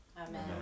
Amen